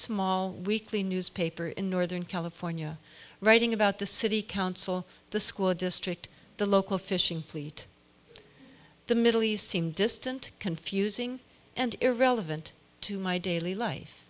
small weekly newspaper in northern california writing about the city council the school district the local fishing fleet the middle east seemed distant confusing and irrelevant to my daily life